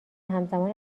همزمان